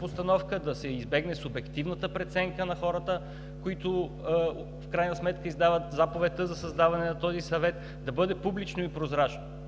постановка, да се избегне субективната преценка на хората, които в крайна сметка издават заповедта за създаване на този съвет, да бъде публично и прозрачно.